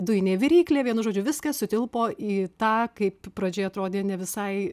dujinė viryklė vienu žodžiu viskas sutilpo į tą kaip pradžioje atrodė ne visai